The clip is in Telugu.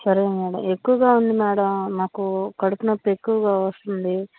సరే మేడం ఎక్కువగా ఉంది మేడం నాకు కడుపు నొప్పి ఎక్కువగా వస్తుంది